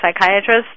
psychiatrist